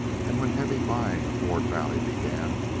and, when heavy buying of ward valley began,